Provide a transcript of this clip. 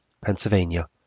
Pennsylvania